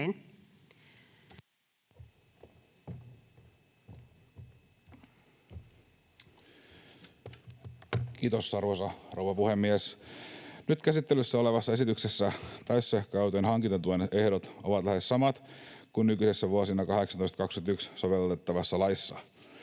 Kiitos, arvoisa rouva puhemies! Nyt käsittelyssä olevassa esityksessä täyssähköautojen hankintatuen ehdot ovat lähes samat kuin nykyisessä, vuosina 18—21 sovellettavassa laissa.